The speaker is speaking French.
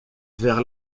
vers